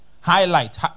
highlight